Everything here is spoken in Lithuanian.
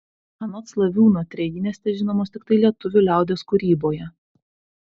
anot slaviūno trejinės težinomos tiktai lietuvių liaudies kūryboje